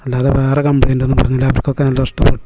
അല്ലാതെ വേറെ കംപ്ലെയിന്റ് ഒന്നും പറഞ്ഞില്ല അവർക്കൊക്കെ നല്ല ഇഷ്ടപ്പെട്ടു